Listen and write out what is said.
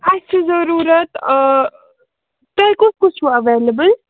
اَسہِ چھُ ضٔروٗرت تۄہہِ کُس کُس چھُو اٮ۪وٮ۪لیبٕل